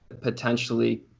potentially –